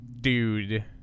dude